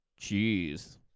Jeez